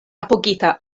apogita